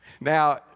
Now